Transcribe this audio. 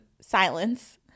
silence